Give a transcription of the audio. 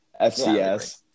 FCS